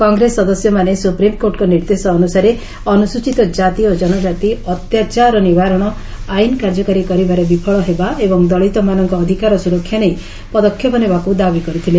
କଂଗ୍ରେସ ସଦସ୍ୟମାନେ ସୁପ୍ରିମ୍କୋର୍ଟଙ୍କ ନିର୍ଦ୍ଦେଶ ଅନୁସାରେ ଅନୁସଚିତ କ୍ଷାତି ଓ ଜନକାତି ଅତ୍ୟାଚାର ନିବାରଣ ଆଇନ୍ କାର୍ଯ୍ୟକାରୀ କରିବାରେ ବିଫଳ ହେବା ଏବଂ ଦଳିତମାନଙ୍କ ଅଧିକାର ସୁରକ୍ଷା ନେଇ ପଦକ୍ଷେପ ନେବାକୁ ଦାବି କରିଥିଲେ